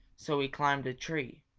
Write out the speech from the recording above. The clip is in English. so he climbed a tree.